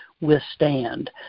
withstand